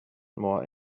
more